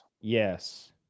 Yes